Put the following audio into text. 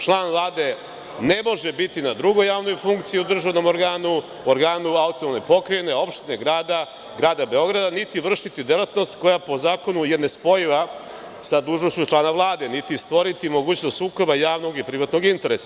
Član Vlade ne može biti na drugoj javnoj funkciji u državnom organu, organu autonomne pokrajine, opštine, grada, Grada Beograda, niti vršiti delatnost koja je po zakonu nespojiva sa dužnošću člana Vlade, niti stvoriti mogućnost sukoba javnog i privatnog interesa.